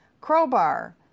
Crowbar